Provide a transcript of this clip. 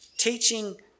Teaching